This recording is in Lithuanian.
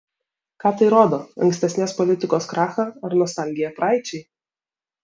ką tai rodo ankstesnės politikos krachą ar nostalgiją praeičiai